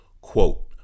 Quote